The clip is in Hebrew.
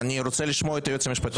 אני רוצה לשמוע את הייעוץ המשפטי.